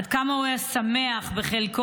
עד כמה הוא היה שמח בחלקו.